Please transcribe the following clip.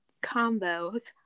Combo's